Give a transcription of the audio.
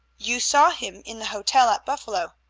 you saw him in the hotel at buffalo.